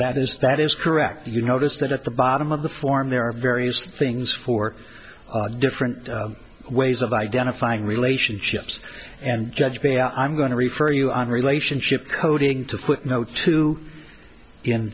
that is that is correct you notice that at the bottom of the form there are various things four different ways of identifying relationships and judge b i'm going to refer you on relationship coding to footnote two in